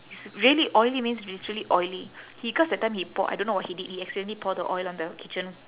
it's really oily means literally oily he cause that time he pour I don't know what he did he accidentally pour the oil on the kitchen